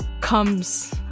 comes